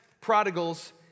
prodigals